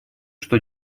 что